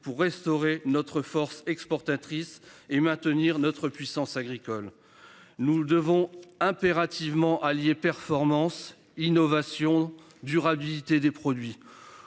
pour restaurer notre force exportatrice et maintenir notre puissance agricole. Nous devons impérativement allier performance innovation durabilité des produits